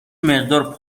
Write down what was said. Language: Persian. مقدار